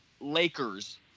Lakers